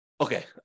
Okay